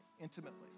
intimately